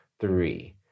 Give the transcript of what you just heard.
three